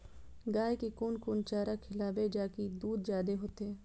गाय के कोन कोन चारा खिलाबे जा की दूध जादे होते?